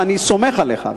אני סומך עליך,